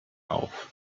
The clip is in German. auf